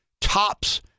Tops